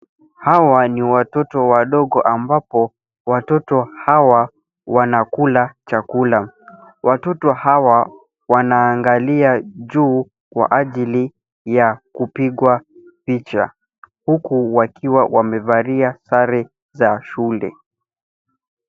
Hawa ni watoto wadogo ambapo watoto hawa wanakula chakula, Watoto hawa wanaangalia juu kwa ajili ya kupigwa picha, huku wakiwa wamevalia sare za shule.